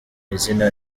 izina